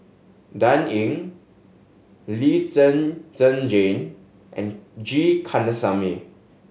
Dan Ying Lee Zhen Zhen Jane and G Kandasamy